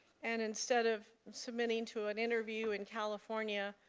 and instead of submitting to an interview in california,